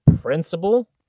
principal